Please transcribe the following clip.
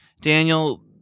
Daniel